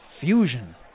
Fusion